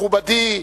מכובדי,